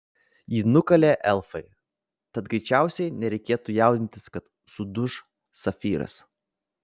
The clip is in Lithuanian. jį nukalė elfai tad greičiausiai nereikėtų jaudintis kad suduš safyras